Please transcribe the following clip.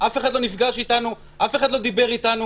שאף אחד לא נפגש אתם ואף אחד לא דיבר אתם.